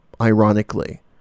ironically